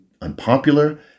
unpopular